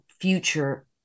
future